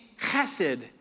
chesed